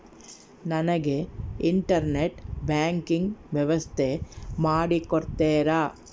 ನನಗೆ internet banking ವ್ಯವಸ್ಥೆ ಮಾಡಿ ಕೊಡ್ತೇರಾ?